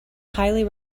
highly